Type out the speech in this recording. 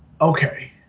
Okay